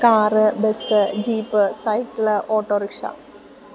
car bus jeep cycle autorickshaw